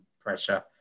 pressure